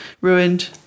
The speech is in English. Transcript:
ruined